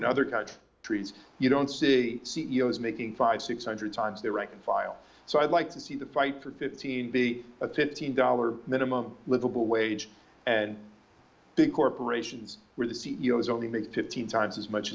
other trees you don't see c e o s making five six hundred times their rank and file so i'd like to see the fight for fifteen be a fifteen dollar minimum livable wage and big corporations where the c e o s only make fifteen times as much